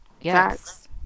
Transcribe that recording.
yes